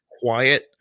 quiet